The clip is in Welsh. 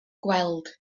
gweld